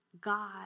God